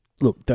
Look